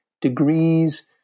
degrees